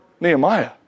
Nehemiah